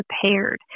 prepared